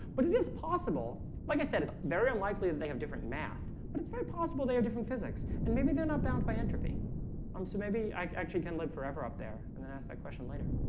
but it is possible like i said, it's very unlikely that they have different math, but it's very possible they have different physics and maybe they're not bound by entropy um, so maybe like can live forever up there and then ask that question later